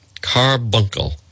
Carbuncle